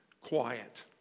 quiet